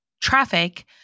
traffic